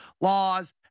laws